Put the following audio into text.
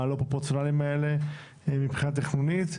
הלא פרופורציונליים האלה מבחינה תכנונית.